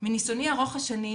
מניסיוני ארוך השנים,